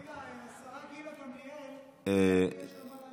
רגע, לשרה גילה גמליאל יש מה להגיד.